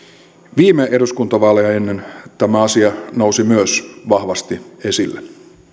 viime eduskuntavaaleja ennen tämä asia nousi myös vahvasti esille